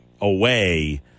away